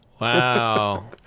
Wow